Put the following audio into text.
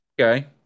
Okay